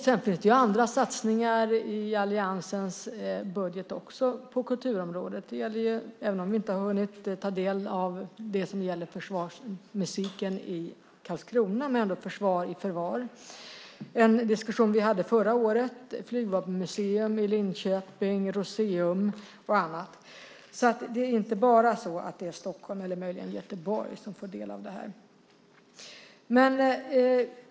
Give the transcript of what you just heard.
Det finns andra satsningar i alliansens budget på kulturområdet. Även om vi inte har hunnit ta del av det som gäller försvarsmusiken i Karlskrona så har vi Försvar i förvar , en diskussion vi hade förra året, Flygvapenmuseum i Linköping, Rooseum och annat. Det är inte bara Stockholm och möjligen Göteborg som får del av detta.